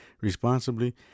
responsibly